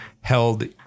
held